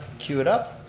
cue it up.